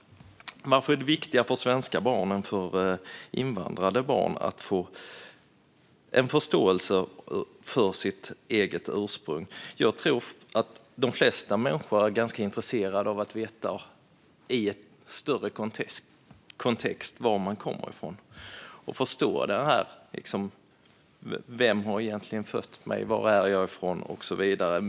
Varför är det viktigare för svenska barn än för invandrade barn att få förståelse för sitt eget ursprung? Jag tror att de flesta människor är ganska intresserade av att veta var de kommer ifrån i en större kontext och förstå vem som egentligen fött dem, var de är ifrån och så vidare.